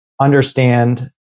understand